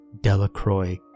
Delacroix